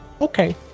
okay